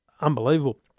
unbelievable